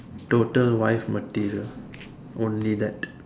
total wife material only that